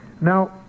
Now